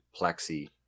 plexi